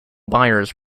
buyers